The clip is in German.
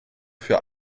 für